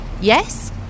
Yes